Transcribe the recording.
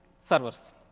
servers